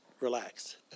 relax